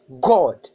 God